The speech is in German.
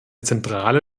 zentrale